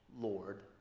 Lord